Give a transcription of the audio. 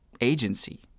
agency